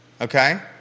Okay